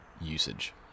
usage